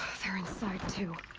sorry sorry to